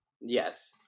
Yes